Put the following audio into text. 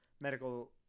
medical